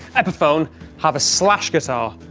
epiphone have a slash guitar.